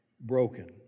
broken